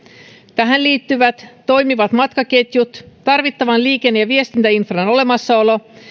tähän liittyvät toimivat matkaketjut tarvittavan liikenne ja viestintäinfran olemassaolo